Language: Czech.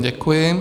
Děkuji.